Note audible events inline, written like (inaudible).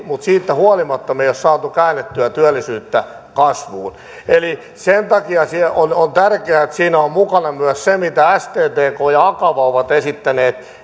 mutta siitä huolimatta me emme ole saaneet käännettyä työllisyyttä kasvuun eli sen takia on on tärkeää että siinä on mukana myös se mitä sttk ja akava ovat esittäneet (unintelligible)